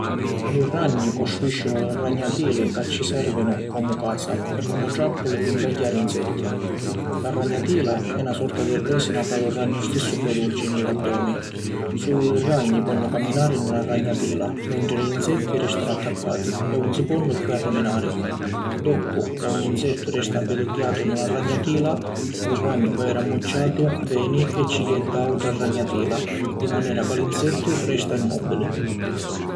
Li ragni costruìscinu li ragnatili ca ci sèrvinu comu casa e comu tràppuli pi ncagghiari insetti. La ragnatila è na sorta di rèsina ca lu ragnu stissu produci ni l’addomi. Sulu li ragni ponnu caminari nni la ragnatila mentri li insetti rèstanu attaccati e ‘un si ponnu chiù arriminari. Doppu ca un insettu resta mpidugghiatu nni la ragnatila, lu ragnu ca era ammucciatu, veni e ci jetta àutra ragnatila di manera ca l’insettu resta immòbili.